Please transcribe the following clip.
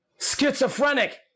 Schizophrenic